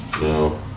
No